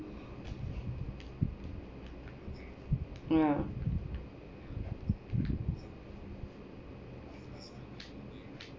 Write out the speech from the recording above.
mm ya